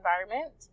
environment